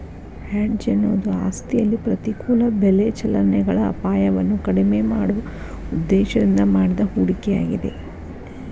hedge ಎನ್ನುವುದು ಆಸ್ತಿಯಲ್ಲಿ ಪ್ರತಿಕೂಲ ಬೆಲೆ ಚಲನೆಗಳ ಅಪಾಯವನ್ನು ಕಡಿಮೆ ಮಾಡುವ ಉದ್ದೇಶದಿಂದ ಮಾಡಿದ ಹೂಡಿಕೆಯಾಗಿದೆ